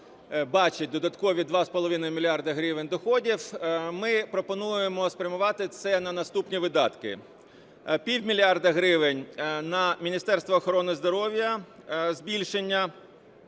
бачить додаткові 2,5 мільярда гривень доходів, ми пропонуємо спрямувати це на наступні видатки. Пів мільярда гривень – на Міністерство охорони здоров'я, збільшення,